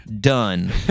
Done